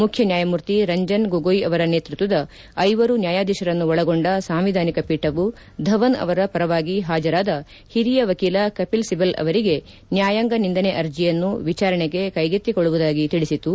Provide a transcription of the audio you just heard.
ಮುಖ್ಯ ನ್ಯಾಯಮೂರ್ತಿ ರಂಜನ್ ಗೊಗೊಯ್ ಅವರ ನೇತೃತ್ವದ ಐವರು ನ್ಯಾಯಾಧೀಶರನ್ನು ಒಳಗೊಂಡ ಸಾಂವಿಧಾನಿಕ ಪೀಠವು ಧವನ್ ಅವರ ಪರವಾಗಿ ಹಾಜರಾದ ಹಿರಿಯ ವಕೀಲ ಕಪಿಲ್ ಸಿಬಲ್ ಅವರಿಗೆ ನ್ಯಾಯಾಂಗ ನಿಂದನೆ ಅರ್ಜಿಯನ್ನು ವಿಚಾರಣೆಗೆ ಕೈಗೆತ್ತಿಕೊಳ್ಳುವುದಾಗಿ ತಿಳಿಸಿತು